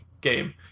game